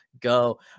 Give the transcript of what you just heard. go